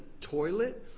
toilet